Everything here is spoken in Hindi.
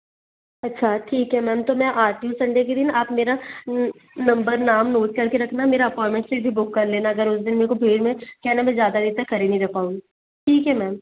अच्छा ठीक है मैम तो मैं आती हूँ संडे के दिन आप मेरा नंबर नाम नोट करके रखना मेरा अपॉइनमेंट से भी बुक कर लेना अगर उस दिन मेरे को भीड़ में क्या है ना मैं ज़्यादा देर तक खड़ी नहीं रहे पाऊँगी ठीक है मैम